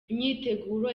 imyiteguro